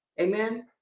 Amen